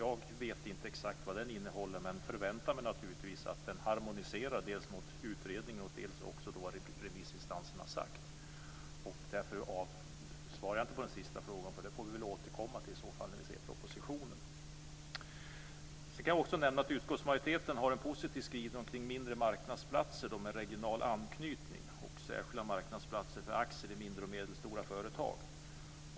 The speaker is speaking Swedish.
Jag vet inte exakt vad den innehåller, men jag förväntar mig naturligtvis att den harmoniserar med utredningen och med det som remissinstanserna har sagt. Därför svarar jag inte på den sista frågan, utan jag återkommer när jag har sett propositionen. Utskottsmajoriteten har en positiv skrivning omkring mindre marknadsplatser med regional anknytning och särskilda marknadsplatser för aktier i mindre och medelstora företag.